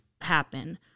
happen